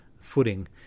footing